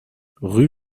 rue